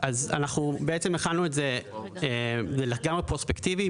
אנחנו הכנו את זה לגמרי פרוספקטיבית,